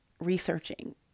researching